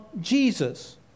Jesus